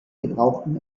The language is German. gebrauchten